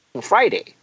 Friday